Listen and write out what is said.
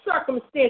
circumstance